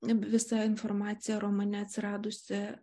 visa informacija romane atsiradusi